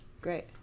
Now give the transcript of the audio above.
Great